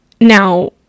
now